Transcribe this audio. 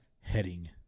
Heading